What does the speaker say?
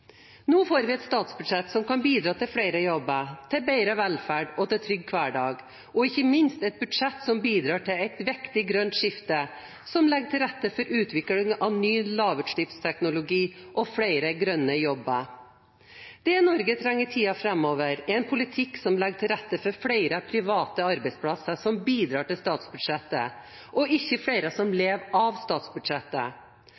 Nå får vi et statsbudsjett som kan bidra til flere jobber, til bedre velferd og en trygg hverdag, og ikke minst et budsjett som bidrar til et viktig grønt skifte, som legger til rette for utvikling av ny lavutslippsteknologi og flere grønne jobber. Det Norge trenger i tiden framover, er en politikk som legger til rette for flere private arbeidsplasser som bidrar til statsbudsjettet, og ikke flere som